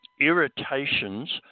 irritations